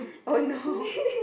oh no